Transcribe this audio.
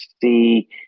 see